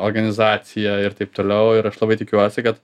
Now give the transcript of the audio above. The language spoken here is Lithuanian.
organizacija ir taip toliau ir aš labai tikiuosi kad